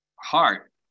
heart